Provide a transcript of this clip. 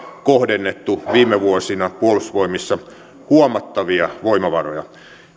kohdennettu viime vuosina huomattavia voimavaroja